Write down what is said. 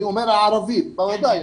בוודאי.